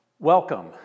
Welcome